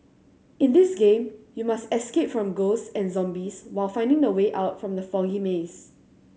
in this game you must escape from ghosts and zombies while finding the way out from the foggy maze